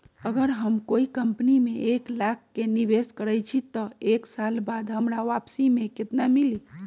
अगर हम कोई कंपनी में एक लाख के निवेस करईछी त एक साल बाद हमरा वापसी में केतना मिली?